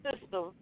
system